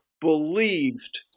believed